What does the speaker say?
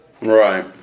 Right